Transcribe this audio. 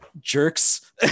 jerks